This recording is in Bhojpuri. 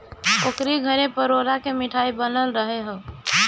ओकरी घरे परोरा के मिठाई बनल रहल हअ